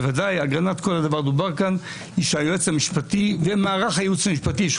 בוודאי וועדת אגרנט שהיועץ המשפטי ומערך הייעוץ המשפטי שהוא